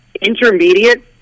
Intermediate